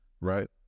right